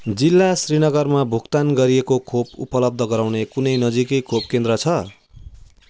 जिल्ला श्रीनगरमा भुक्तान गरिएको खोप उपलब्ध गराउने कुनै नजिकैको खोप केन्द्र छ